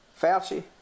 Fauci